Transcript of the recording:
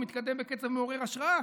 הוא מתקדם בקצב מעורר השראה,